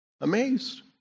Amazed